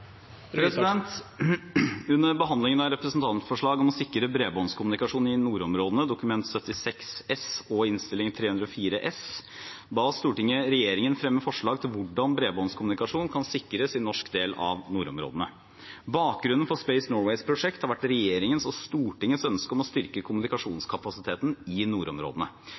vedtatt. Under behandlingen av representantforslaget om å sikre bredbåndkommunikasjon i nordområdene – Dokument 8:76 S for 2015–2016 og Innst. 304 S for 2015–2016 – ba Stortinget regjeringen fremme forslag til hvordan bredbåndkommunikasjon kan sikres i norsk del av nordområdene. Bakgrunnen for Space Norways prosjekt har vært regjeringens og Stortingets ønske om å styrke kommunikasjonskapasiteten i nordområdene.